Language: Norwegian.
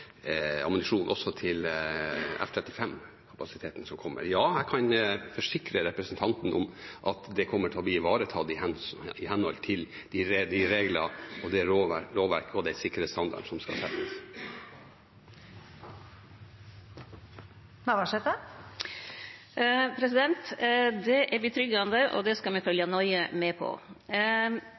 til F-35-fasiliteten som kommer. Ja, jeg kan forsikre representanten Navarsete om at det kommer til å bli ivaretatt i henhold til de regler, det lovverk og den sikkerhetsstandarden som skal gjelde. Liv Signe Navarsete – til oppfølgingsspørsmål. Det er trygt å vite, og det skal me følgje nøye med på.